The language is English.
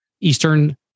Eastern